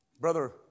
Brother